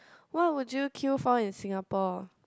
what would you queue for in Singapore